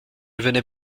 venais